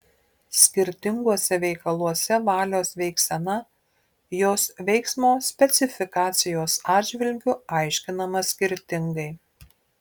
skirtinguose veikaluose valios veiksena jos veiksmo specifikacijos atžvilgiu aiškinama skirtingai